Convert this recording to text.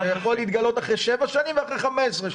זה יכול להתגלות אחרי שבע שנים ואחרי 15 שנים.